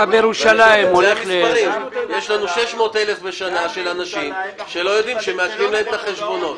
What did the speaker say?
יש לנו 600,000 אנשים בשנה שלא יודעים שמעקלים להם את החשבונות.